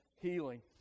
healing